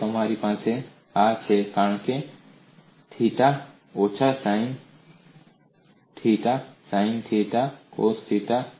તો તમારી પાસે આ છે કારણ કે થીટા ઓછા sine theta sine theta cos theta